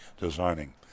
designing